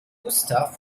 gustav